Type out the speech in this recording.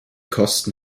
kosten